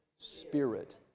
spirit